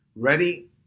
ready